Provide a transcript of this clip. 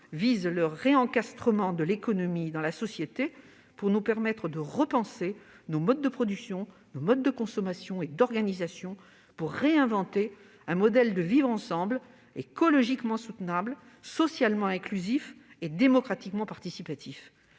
vise le « réencastrement » de l'économie dans la société, pour nous permettre de repenser nos modes de production, de consommation et d'organisation, pour réinventer un modèle de vivre ensemble écologiquement soutenable, socialement inclusif et démocratiquement participatif.